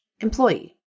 employee